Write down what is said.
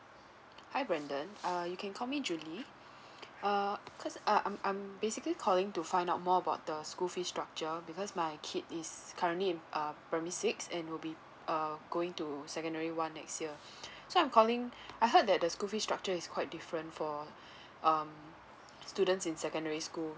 hi brendan uh you can call me julie uh cause uh I'm I'm basically calling to find out more about the school fees structure because my kid is currently in uh primary six and will be uh going to secondary one next year so I'm calling I heard that the school fees structure is quite different for um students in secondary school